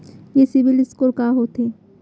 ये सिबील स्कोर का होथे?